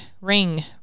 ring